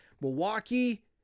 Milwaukee